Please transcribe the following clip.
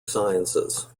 sciences